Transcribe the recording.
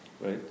Right